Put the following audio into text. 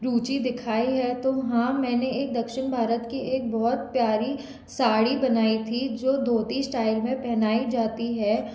रुचि दिखाई है तो हाँ तो मैंने एक दक्षिण भारत के एक बहुत प्यारी साड़ी बनाई थी जो धोती स्टाइल में पहनाई जाती है